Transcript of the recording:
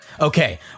Okay